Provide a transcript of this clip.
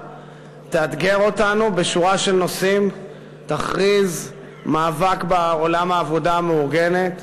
תאתגר אותנו בשורה של נושאים: תכריז מאבק בעולם העבודה המאורגנת,